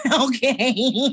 Okay